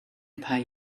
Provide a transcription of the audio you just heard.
paar